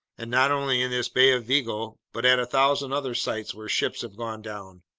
and not only in this bay of vigo but at a thousand other sites where ships have gone down,